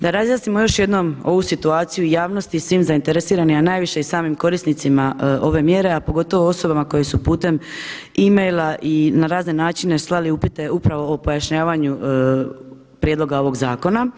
Da razjasnimo još jednom ovu situaciju javnosti i svim zainteresiranim a najviše i samim korisnicima same mjere a pogotovo osobama koje su putem emaila i na razne načine slali upite upravo o pojašnjavanju prijedloga ovog zakona.